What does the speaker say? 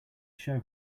show